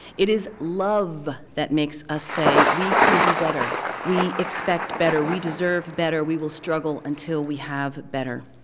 it is love that makes us say we can do better. we expect better. we deserve better. we will struggle until we have better.